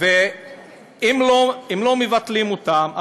אם לא מבטלים אותן,